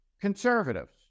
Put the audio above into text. conservatives